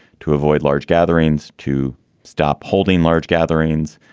to avoid large gatherings, to stop holding large gatherings.